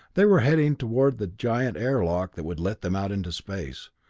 they were heading toward the giant airlock that would let them out into space.